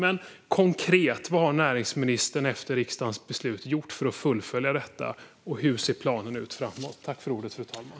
Men jag vill veta vad näringsministern har gjort konkret för att fullfölja riksdagens beslut och hur planen ser ut framåt.